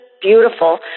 beautiful